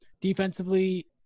Defensively